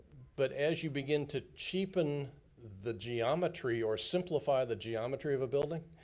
but as you begin to cheapen the geometry or simplify the geometry of a building,